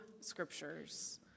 scriptures